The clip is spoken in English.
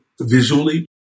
visually